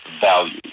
value